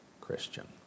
Christian